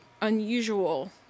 unusual